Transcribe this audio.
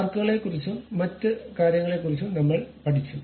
ആർക്കുകളെക്കുറിച്ചും മറ്റ് കാര്യങ്ങളെക്കുറിച്ചും നമ്മൾ പഠിച്ചു